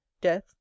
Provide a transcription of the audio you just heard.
death